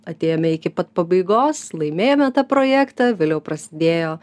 atėjome iki pat pabaigos laimėjome tą projektą vėliau prasidėjo